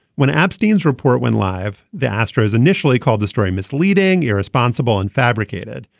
when aberdeen's report went live the astros initially called the story misleading irresponsible and fabricated.